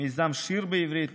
מיזם שיר בעברית,